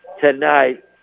tonight